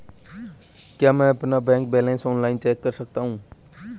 क्या मैं अपना बैंक बैलेंस ऑनलाइन चेक कर सकता हूँ?